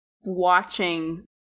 watching